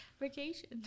Vacation